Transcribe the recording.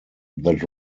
that